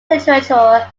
literature